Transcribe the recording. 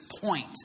point